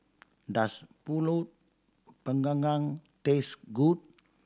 does Pulut Panggang taste good